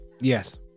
Yes